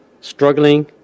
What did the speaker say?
struggling